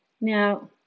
Now